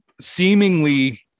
seemingly